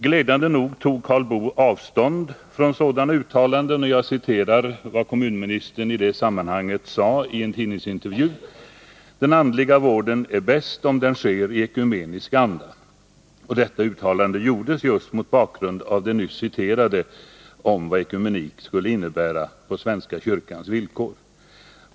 Glädjande nog tog Karl Boo avstånd från sådana uttalanden. Jag vill citera vad kommunministern i det sammanhanget sade i en tidningsintervju: ”Den andliga vården är bäst, om den sker i ekumenisk anda.” Detta uttalande gjordes just mot bakgrund av citatet nyss om vad ekumenik skulle innebära — på svenska kyrkans villkor.